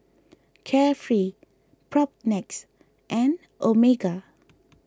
Carefree Propnex and Omega